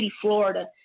Florida